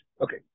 Okay